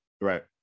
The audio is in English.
Right